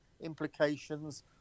implications